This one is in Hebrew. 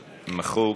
מחוק.